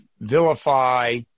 vilify